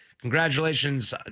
congratulations